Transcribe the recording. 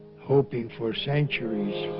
hoping for centuries